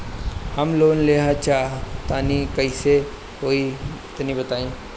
हम लोन लेवल चाह तनि कइसे होई तानि बताईं?